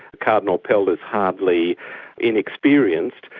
cardinal pell is hardly inexperienced,